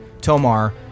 Tomar